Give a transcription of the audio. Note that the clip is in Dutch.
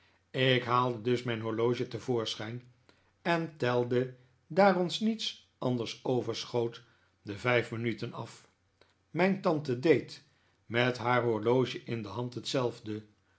ik haalde dus mijn hbrloge te voorschijn en telde daar ons niets anders pverschoot de vijf minuten af mijn tante deed met haar horloge in de hand hetzelfde